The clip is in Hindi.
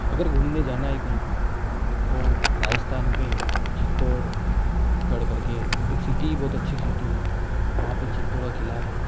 अगर घूमने जाना है कहीं पर तो राजस्थान में चित्तौड़गढ़ करके एक सिटी बहुत अच्छी सिटी है वहाँ पर चित्तौड़ का किला है